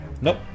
Nope